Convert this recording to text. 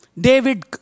David